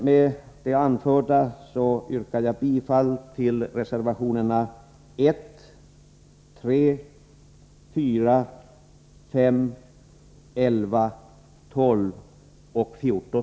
Med det anförda yrkar jag bifall till reservationerna 1, 3, 4,5, 11, 12 och 14.